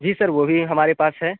जी sir वो भी हमारे पास है